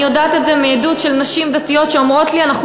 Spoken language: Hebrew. אני יודעת את זה מעדות של נשים דתיות שאומרות לי: אנחנו